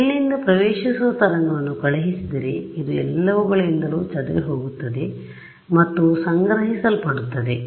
ಆದ್ದರಿಂದ ಇಲ್ಲಿಂದ ಪ್ರವೇಶಿಸುವ ತರಂಗವನ್ನು ಕಳುಹಿಸಿದರೆ ಇದು ಎಲ್ಲವುಗಳಿಂದ ಚದುರಿಹೋಗುತ್ತದೆ ಮತ್ತು ಸಂಗ್ರಹಿಸಲ್ಪಡುತ್ತದೆ